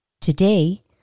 Today